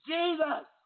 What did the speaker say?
Jesus